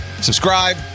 Subscribe